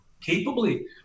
capably